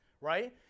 right